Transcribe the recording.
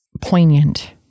poignant